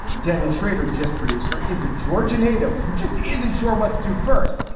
daniel shrader, just producer, is a georgia native who just isn't sure what to do. first,